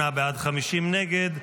58 בעד, 50 נגד.